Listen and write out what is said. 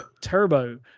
turbo